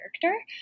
character